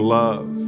love